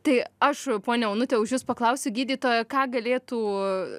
tai aš ponia onute už jus paklausiu gydytojo ką galėtų